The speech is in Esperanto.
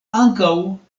ankaŭ